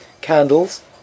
Candles